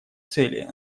цели